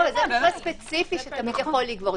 זה מקרה ספציפי שתמיד יכול לגבור.